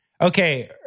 okay